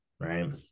Right